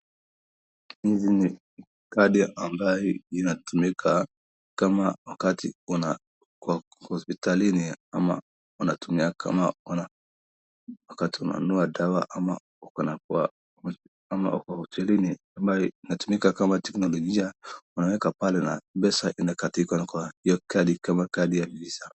Hizi ni kadi ambaye inatumika kama wakati uko hospitalini ama unatumia kama wakati unanunua dawa ama uko na kwa ama uko hotelini ambaye inatumika kama teknolojia unaweka pale na pesa inakatika kwa hiyo kadi kama kadi ya visa.